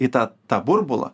į tą tą burbulą